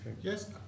Yes